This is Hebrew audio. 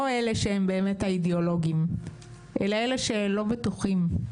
לא אלה שהם באמת האידיאולוגים אלא אלה שלא בטוחים,